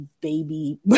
baby